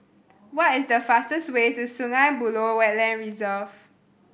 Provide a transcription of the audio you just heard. what is the fastest way to Sungei Buloh Wetland Reserve